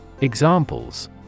Examples